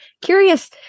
curious